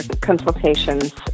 consultations